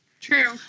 True